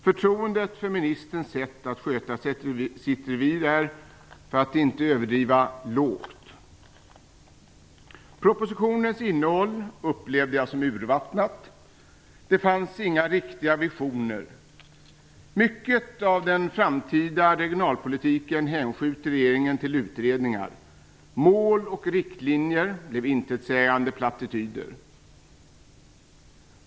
Förtroendet för ministerns sätt att sköta sitt revir är, för att inte överdriva, lågt. Propositionens innehåll upplevde jag som urvattnat. Det fanns inga riktiga visioner. Mycket av den framtida regionalpolitiken hänskjuter regeringen till utredningar. Mål och riktlinjer blev intetsägande plattityder.